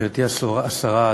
גברתי השרה,